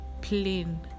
plain